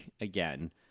again